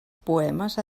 poemes